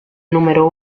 número